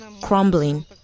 crumbling